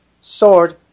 Sword